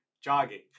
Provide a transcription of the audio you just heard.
jogging